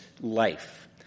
life